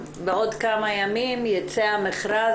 בעוד כמה ימים יצא המכרז,